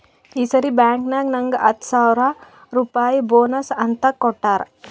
ಈ ಸರಿ ಬ್ಯಾಂಕ್ನಾಗ್ ನಂಗ್ ಹತ್ತ ಸಾವಿರ್ ರುಪಾಯಿ ಬೋನಸ್ ಅಂತ್ ಕೊಟ್ಟಾರ್